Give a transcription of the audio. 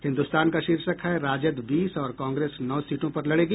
हिन्दुस्तान का शीर्षक है राजद बीस और कांग्रेस नौ सीटों पर लड़ेगी